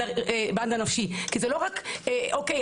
אוקיי,